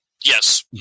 Yes